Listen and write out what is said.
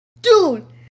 dude